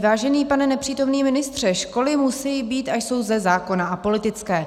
Vážený pane nepřítomný ministře, školy musejí být a jsou ze zákona apolitické.